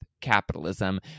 capitalism